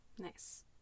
Nice